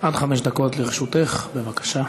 עד חמש דקות לרשותך, בבקשה.